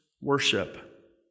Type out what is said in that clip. worship